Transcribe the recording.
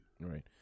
Right